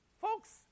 Folks